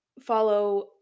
follow